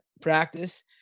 practice